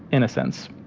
innocence.